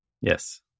yes